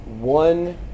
one